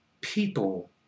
people